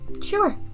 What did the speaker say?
Sure